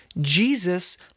Jesus